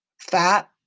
fat